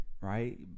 right